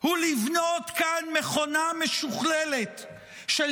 הוא לבנות כאן מכונה משוכללת של